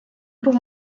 pour